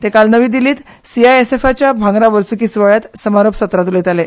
ते काल नवी दिल्लींत सीआयएसएफच्या भांगरा वर्सुकी सुवाळ्याच्या समारोप सत्रांत उलयताले